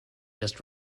just